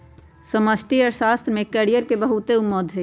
समष्टि अर्थशास्त्र में कैरियर के बहुते उम्मेद हइ